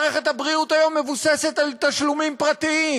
מערכת הבריאות היום מבוססת על תשלומים פרטיים.